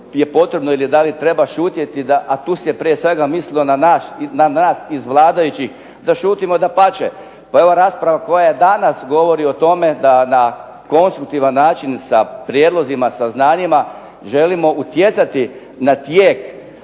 je potrebno, da li treba šutjeti, a tu se prije svega mislilo na nas iz vladajućih da šutimo, dapače, pa evo rasprava koja danas govori o tome da na konstruktivan način, sa prijedlozima, saznanjima, želimo utjecati na tijek